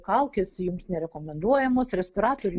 kaukės jums nerekomenduojamos respiratorių